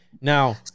Now